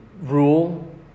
rule